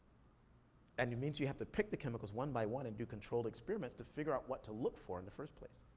and it means you have to pick the chemicals one by one and do controlled experiments to figure out what to look for in the first place.